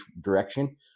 direction